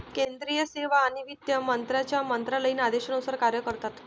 केंद्रीय सेवा आणि वित्त मंत्र्यांच्या मंत्रालयीन आदेशानुसार कार्य करतात